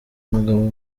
mugabo